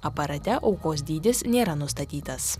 aparate aukos dydis nėra nustatytas